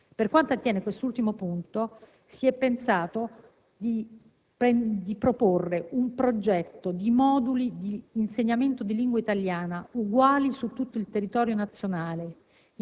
Per quanto attiene ai corsi di lingua, si è pensato di proporre un progetto di moduli di insegnamento della lingua italiana uguali su tutto il territorio nazionale,